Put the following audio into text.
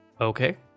Okay